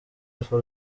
alpha